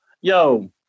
yo